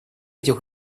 этих